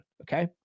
Okay